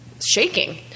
shaking